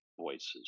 voices